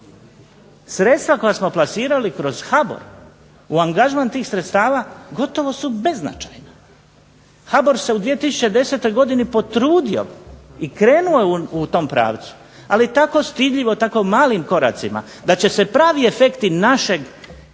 Sredstva koja smo plasirali kroz HBOR u angažman tih sredstava gotovo su beznačajna. HBOR se u 2010. godini potrudio i krenuo je u tom pravcu, ali tako stidljivo i tako malim koracima da će se pravi efekti našeg indolentnog